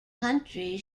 country